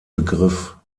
begriff